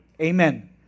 Amen